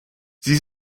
sie